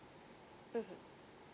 mmhmm